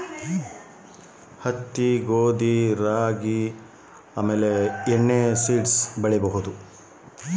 ಕಬ್ಬಿಣದ ಅಂಶ ಇರೋ ಕೆಂಪು ಮಣ್ಣಿನಲ್ಲಿ ಹೆಚ್ಚು ಬೆಳೆ ಯಾವುದು ಬೆಳಿಬೋದು?